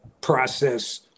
process